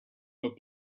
but